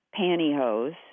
pantyhose